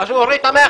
אז הוא הוריד את המכס.